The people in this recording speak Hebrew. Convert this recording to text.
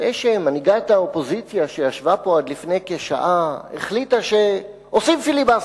זה שמנהיגת האופוזיציה שישבה פה עד לפני כשעה החליטה שעושים פיליבסטר,